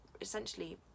essentially